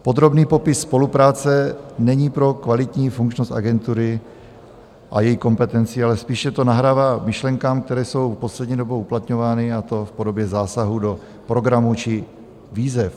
Podrobný popis spolupráce není pro kvalitní funkčnost agentury a její kompetenci, ale spíše to nahrává myšlenkám, které jsou poslední dobou uplatňovány, a to v podobě zásahu do programu či výzev.